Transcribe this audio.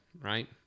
right